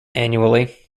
annually